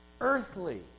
earthly